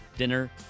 Dinner